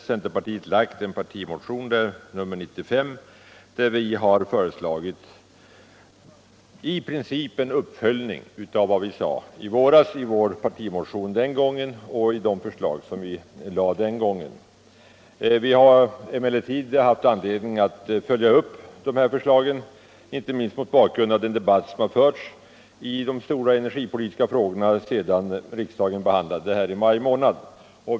Centerpartiet har väckt en partimotion — nr 95 — i vilken vi i princip föreslagit en uppföljning av vad vi sade i vår partimotion och i våra övriga förslag i våras. Vi har haft anledning att följa upp dessa förslag inte minst mot bakgrund av den debatt som har förts i de stora energipolitiska angelägenheterna sedan riksdagen i maj månad behandlade dem.